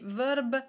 verb